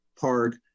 Park